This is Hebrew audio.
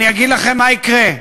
אני אגיד לכם מה יקרה: